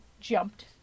jumped